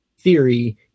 theory